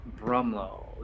Brumlow